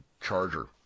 Charger